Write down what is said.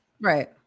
Right